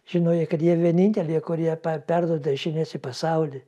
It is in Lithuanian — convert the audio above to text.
žinojo kad jie vieninteliai kurie pa perduoda žinias į pasaulį